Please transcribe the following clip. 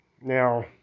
Now